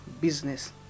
business